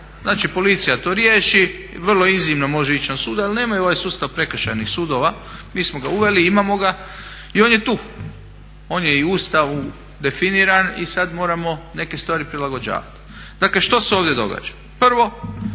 Znači policija to riješ i vrlo iznimno može ići na sud ali nemaju ovaj sustav prekršajnih sudova, mi smo ga uveli i imamo i on je tu. One j i u Ustavu definiran i sada moramo neke stvari prilagođavati. Dakle što se ovdje događa? Prvo,